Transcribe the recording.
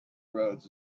roads